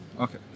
okay